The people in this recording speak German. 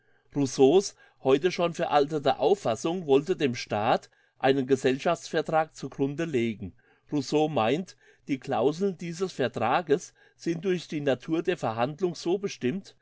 heute schon veraltete auffassung wollte dem staat einen gesellschaftsvertrag zu grunde legen rousseau meint die clauseln dieses vertrages sind durch die natur der verhandlung so bestimmt